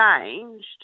changed